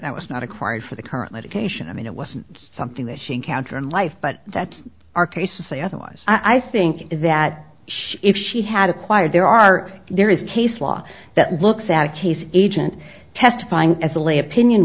that was not acquired for the current medication i mean it wasn't something that she encounter in life but that's our case to say otherwise i think that she if she had acquired there are there is case law that looks at a case agent testifying as a lay opinion